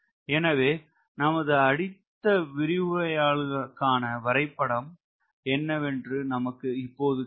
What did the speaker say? எனவே நமது அடுத்த விரிவுரைகளுக்கான வரைபடம் என்னவென்று நமக்கு இப்போது தெரியும்